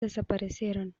desaparecieron